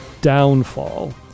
downfall